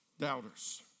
doubters